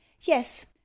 yes